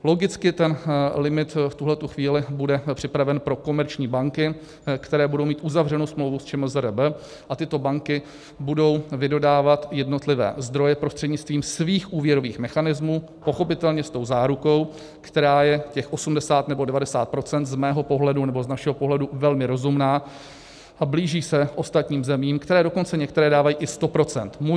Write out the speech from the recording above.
Logicky ten limit v tuhle chvíli bude připraven pro komerční banky, které budou mít uzavřenou smlouvu s ČMZRB, a tyto banky budou vydodávat jednotlivé zdroje prostřednictvím svých úvěrových mechanismů, pochopitelně s tou zárukou, která je těch 80 nebo 90 % z mého pohledu, nebo z našeho pohledu velmi rozumná a blíží se ostatním zemím, které dokonce některé dávají i 100 %.